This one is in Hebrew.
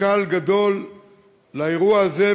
היה משקל גדול לאירוע הזה,